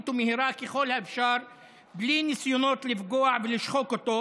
ומהירה ככל האפשר בלי ניסיונות לפגוע בו ולשחוק אותו,